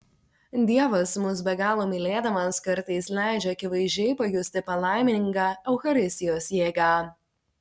dievas mus be galo mylėdamas kartais leidžia akivaizdžiai pajusti palaimingą eucharistijos jėgą